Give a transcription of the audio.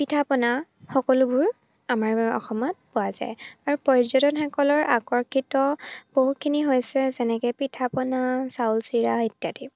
পিঠা পনা সকলোবোৰ আমাৰ অসমত পোৱা যায় আৰু পৰ্যটনসকলৰ আকৰ্ষিত বহুখিনি হৈছে যেনেকৈ পিঠা পনা চাউল চিৰা ইত্যাদি